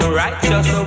righteous